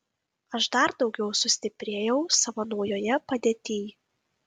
aš dar daugiau sustiprėjau savo naujoje padėtyj